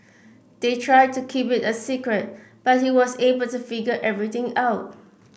they tried to keep it a secret but he was able to figure everything out